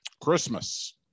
Christmas